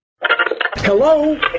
Hello